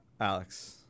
Alex